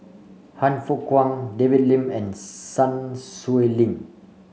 Han Fook Kwang David Lim and Sun Xueling